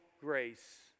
grace